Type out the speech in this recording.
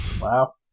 Wow